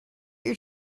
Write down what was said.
your